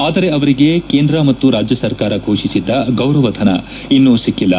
ಆದರೆ ಅವರಿಗೆ ಕೇಂದ್ರ ಮತ್ತು ರಾಜ್ಯ ಸರ್ಕಾರ ಘೋಷಿಸಿದ್ದ ಗೌರವಧನ ಇನ್ನೂ ಸಿಕ್ಕಿಲ್ಲ